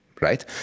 right